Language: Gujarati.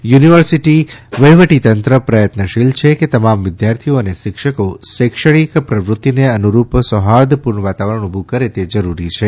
યુનિવર્સિટી વહીવટીતંત્ર પ્રયત્નશીલ છેકે તમામ વિદ્યાર્થીઓ અને શિક્ષકો શૈક્ષણિક પ્રવૃત્તિને અનુરૂપ સોહાર્દપૂર્ણ વાતાવરણ ઊભું કરે તે જરૂરી છે